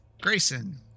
Grayson